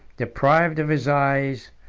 deprived of his eyes,